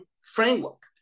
framework